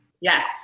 Yes